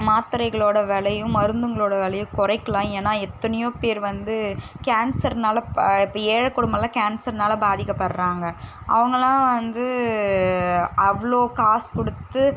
மாத்திரைகளோட விலையும் மருந்துங்களோடய விலையும் குறைக்கலாம் ஏன்னால் எத்தனையோ பேர் வந்து கேன்சர்னால் ப இப்போ ஏழை குடும்பங்களெலாம் கேன்சர்னால் பாதிக்கப்படுறாங்க அவங்களாம் வந்து அவ்வளோ காசு கொடுத்து